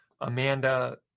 Amanda